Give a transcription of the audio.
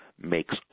makes